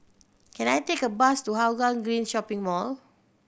can I take a bus to Hougang Green Shopping Mall